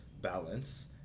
balance